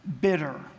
bitter